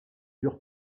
dure